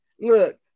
look